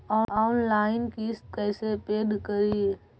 Online किस्त कैसे paid करि?